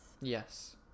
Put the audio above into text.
Yes